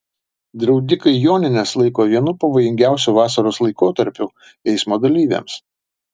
draudikai jonines laiko vienu pavojingiausių vasaros laikotarpių eismo dalyviams